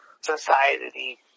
society